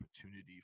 opportunity